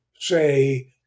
say